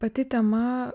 pati tema